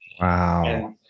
Wow